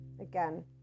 again